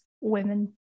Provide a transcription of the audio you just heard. women